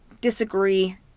disagree